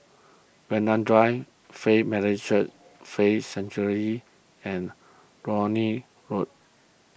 Vanda Drive Faith Methodist Church Faith Sanctuary and Lornie Road